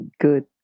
good